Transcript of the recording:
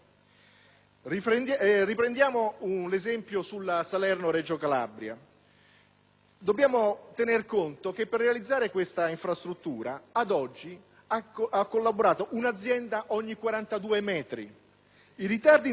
Dobbiamo tener conto che per realizzare questa infrastruttura ad oggi ha collaborato un'azienda ogni 42 metri. I ritardi intercorrenti dall'aggiudicazione dell'appalto all'avvio dei lavori mediamente superano i 24 mesi